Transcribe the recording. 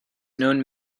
known